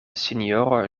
sinjoro